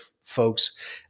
folks